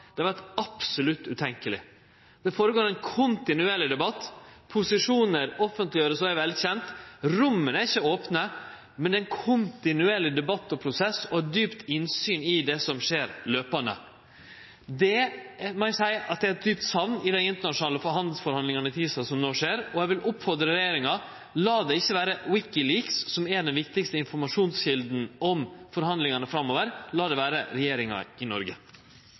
det vore absolutt utenkjeleg. Det går føre seg ein kontinuerleg debatt. Posisjonar vert offentleggjorde og er vel kjende. Romma er ikkje opne, men det er ein kontinuerleg debatt og prosess – og djupt innsyn i det som skjer, fortlaupande. Dette må eg seie er eit djupt sakn i dei internasjonale handelsforhandlingane om TISA som no skjer. Eg vil oppmode regjeringa: Lat det ikkje vere WikiLeaks som er den viktigaste informasjonskjelda når det gjeld forhandlingane framover, lat det vere regjeringa i Noreg.